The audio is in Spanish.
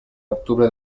octubre